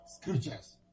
scriptures